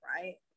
right